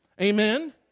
Amen